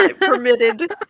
permitted